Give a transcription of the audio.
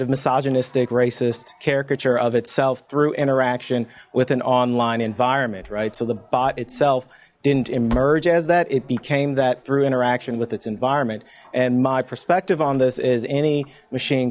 misogynistic racist caricature of itself through interaction with an online environment right so the bot itself didn't emerge as that it became that through interaction with its environment and my perspective on this is any machine